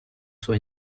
suo